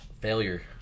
failure